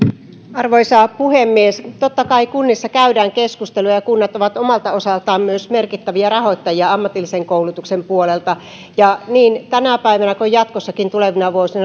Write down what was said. arvoisa puhemies totta kai kunnissa käydään keskusteluja ja kunnat ovat omalta osaltaan myös merkittäviä rahoittajia ammatillisen koulutuksen puolella olen aivan varma että niin tänä päivänä kuin jatkossakin tulevina vuosina